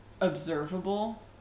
observable